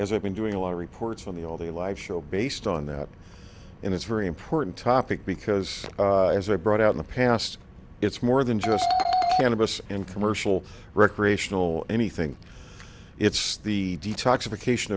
as i've been doing a lot of reports on the all the live show based on that and it's very important topic because as i brought out in the past it's more than just cannabis in commercial recreational anything it's the detoxification